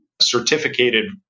certificated